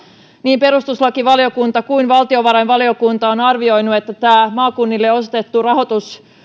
niin perustuslakivaliokunta kuin valtiovarainvaliokunta on arvioinut että maakunnille osoitettu rahoitus